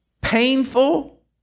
painful